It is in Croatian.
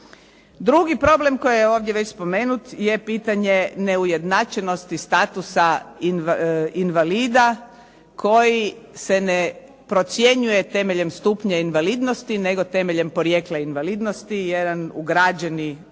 Drugi problem koji je ovdje već spomenut je pitanje neujednačenosti statusa invalida koji se ne procjenjuje temeljem stupnja invalidnosti nego temeljem porijekla invalidnosti, jedan ugrađeni problem